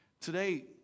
Today